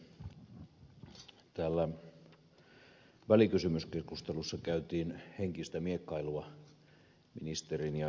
täällä välikysymyskeskustelussa käytiin henkistä miekkailua ministerin ja ed